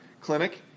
clinic